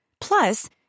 Plus